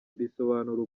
risobanura